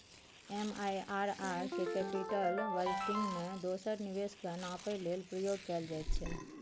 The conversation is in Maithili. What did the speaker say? एम.आइ.आर.आर केँ कैपिटल बजटिंग मे दोसर निबेश केँ नापय लेल प्रयोग कएल जाइत छै